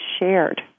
shared